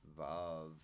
vav